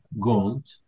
gold